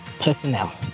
Personnel